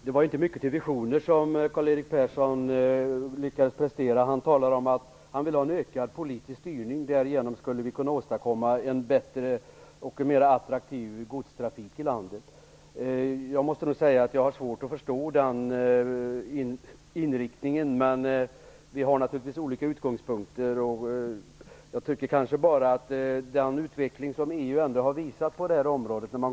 Herr talman! Det var inte mycket till vision Karl Erik Persson lyckades prestera. Han talar om att han vill ha en ökad politisk styrning, och att vi därigenom skall kunna åstadkomma en bättre och mer attraktivt godstrafik i landet. Jag måste säga att jag har svårt att förstå den inriktningen, men vi har naturligtvis olika utgångspunkter. Det är bara att se till den utveckling som EU ändå har visat på det här området.